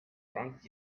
drunk